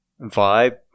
vibe